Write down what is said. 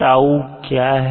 𝛕 क्या है